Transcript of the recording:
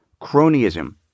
cronyism